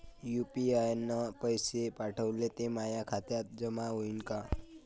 UPI न पैसे पाठवले, ते माया खात्यात जमा होईन का?